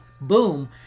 Boom